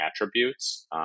attributes